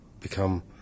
become